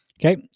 okay.